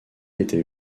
était